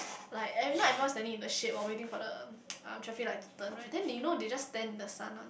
like e~ not everyone standing in the shade while waiting for the um traffic light to turn right then you know they just stand in the sun one